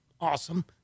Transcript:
awesome